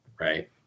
right